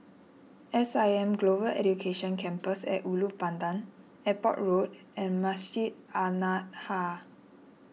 S I M Global Education Campus at Ulu Pandan Airport Road and Masjid An Nahdhah